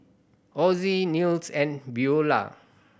Ozie Nils and Buelah